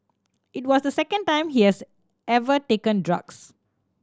it was the second time she has ever taken drugs